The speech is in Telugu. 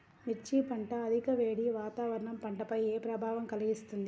మిర్చి పంట అధిక వేడి వాతావరణం పంటపై ఏ ప్రభావం కలిగిస్తుంది?